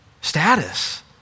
status